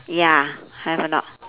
ya have or not